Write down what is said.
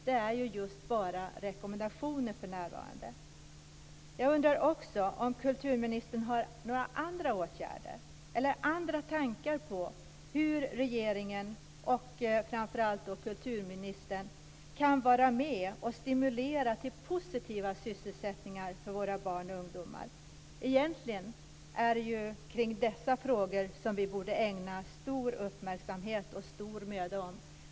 Det är ju just bara rekommendationer för närvarande. Jag undrar också om kulturministern har några andra åtgärder eller andra tankar på hur regeringen och framför allt kulturministern kan vara med och stimulera till positiva sysselsättningar för våra barn och ungdomar. Egentligen är det dessa frågor vi borde ägna stor uppmärksamhet och stor möda.